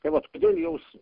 tai vat kodėl jos